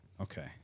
Okay